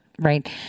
right